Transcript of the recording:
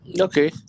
Okay